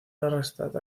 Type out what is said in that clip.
arrestat